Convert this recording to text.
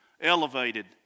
elevated